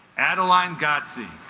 adeline godsey